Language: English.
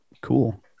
cool